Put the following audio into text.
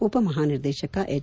ಉಪ ಮಹಾನಿರ್ದೇಶಕ ಎಚ್